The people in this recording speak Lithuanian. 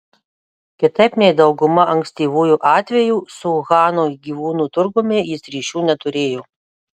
kitaip nei dauguma ankstyvųjų atvejų su uhano gyvūnų turgumi jis ryšių neturėjo